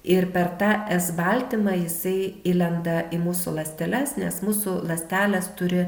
ir per tą s baltymą jisai įlenda į mūsų ląsteles nes mūsų ląstelės turi